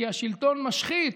כי השלטון משחית,